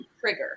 trigger